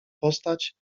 postać